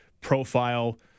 profile